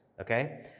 okay